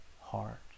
heart